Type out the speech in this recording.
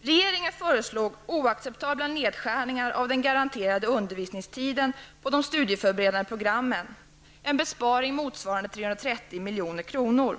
Regeringen föreslog oacceptabla nedskärningar av den garanterade undervisningstiden på de studieförberedande programmen, en besparing motsvarande 330 milj.kr.